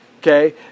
okay